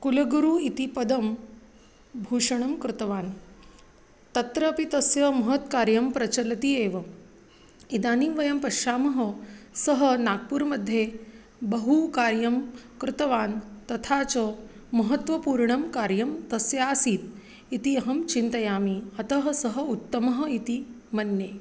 कुलगुरुः इति पदं भूषणं कृतवान् तत्रापि तस्य महत् कार्यं प्रचलति एव इदानीं वयं पश्यामः सः नागपुरमध्ये बहू कार्यं कृतवान् तथा च महत्वपूर्णं कार्यं तस्य आसीत् इति अहं चिन्तयामि अतः सः उत्तमः इति मन्ये